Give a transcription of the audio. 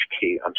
key